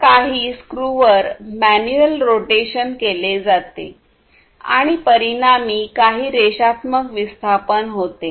तर काही स्क्रूवर मॅन्युअल रोटेशन केले जाते आणि परिणामी काही रेषात्मक विस्थापन होते